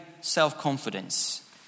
self-confidence